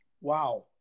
Wow